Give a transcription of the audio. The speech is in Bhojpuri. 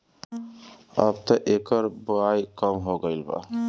अबत एकर बओई कम हो गईल बा